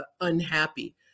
unhappy